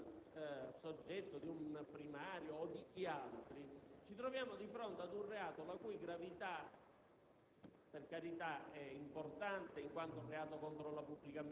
"tentata" - concussione nei confronti di un soggetto, di un primario o di chi altri, ci troveremmo di fronte ad un reato la cui gravità